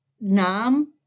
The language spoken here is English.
NAM